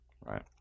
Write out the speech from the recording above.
Right